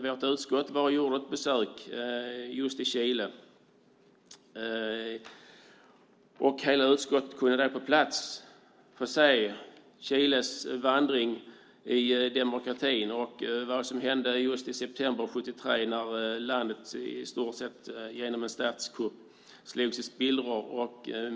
Vårt utskott har gjort ett besök i Chile. Hela utskottet kunde på plats se Chiles vandring i demokratin och vad som hände i september 1973 när landet genom en statskupp i stort sett slogs i spillror.